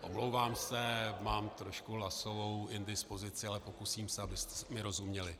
Omlouvám se, mám trošku hlasovou indispozici, ale pokusím se, abyste mi rozuměli.